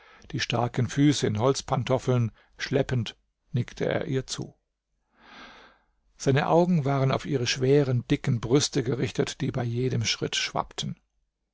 die starken füße in holzpantoffeln schleppend nickte er ihr zu seine augen waren auf ihre schweren dicken brüste gerichtet die bei jedem schritt schwappten